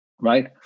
right